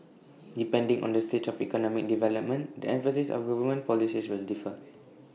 depending on the stage of economic development the emphasis of government policies will differ